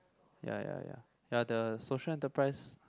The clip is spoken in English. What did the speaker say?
ya ya ya ya the social enterprise